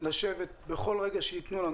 לשבת בכל רגע שייתנו לנו.